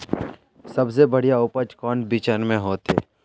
सबसे बढ़िया उपज कौन बिचन में होते?